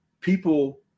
people